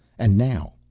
and now.